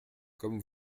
comme